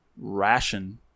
ration –